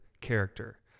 character